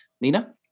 Nina